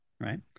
Right